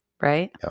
right